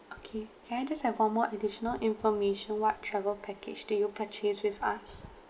okay can I just have one more additional information what travel package did you purchase with us